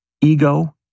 ego